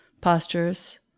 postures